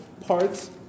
parts